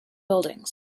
buildings